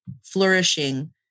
flourishing